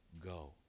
go